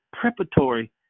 preparatory